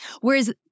Whereas